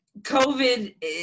COVID